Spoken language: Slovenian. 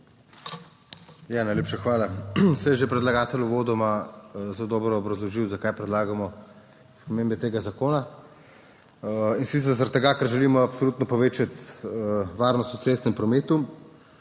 Najlepša hvala. Saj je že predlagatelj uvodoma zelo dobro obrazložil, zakaj predlagamo spremembe tega zakona, in sicer zaradi tega, ker želimo absolutno povečati varnost v cestnem prometu.